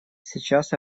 сейчас